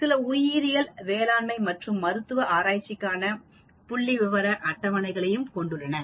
இது உயிரியல் வேளாண் மற்றும் மருத்துவ ஆராய்ச்சிக்கான புள்ளிவிவர அட்டவணைகளை கொண்டுள்ளன